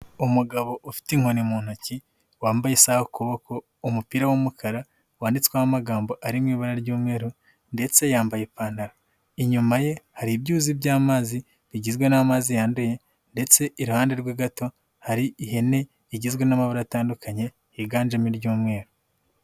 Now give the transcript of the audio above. Umugabo ufite inkoni mu ntoki wambaye isaha ku kuboko umupira w'umukara wanditsweho amagambo ari mu ibara ry'umweru ndetse yambaye ipantaro, inyuma ye hari ibyuzi by'amazi bigizwe n'amazi yanduye ndetse iruhande rwe gato hari ihene igizwe n'amabara atandukanye higanjemo iry'umweru.